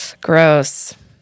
Gross